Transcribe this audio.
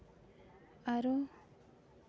ᱟᱨᱚ